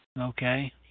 Okay